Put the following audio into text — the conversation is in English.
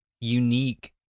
unique